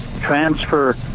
transfer